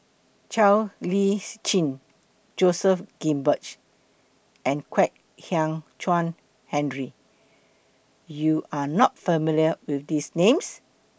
Siow Lees Chin Joseph Grimberg and Kwek Hian Chuan Henry YOU Are not familiar with These Names